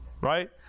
right